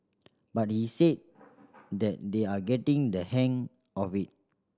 but he said that they are getting the hang of it